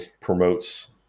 promotes